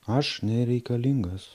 aš nereikalingas